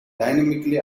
dynamically